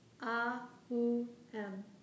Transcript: A-U-M